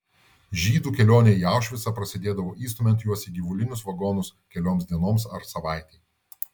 žydų kelionė į aušvicą prasidėdavo įstumiant juos į gyvulinius vagonus kelioms dienoms ar savaitei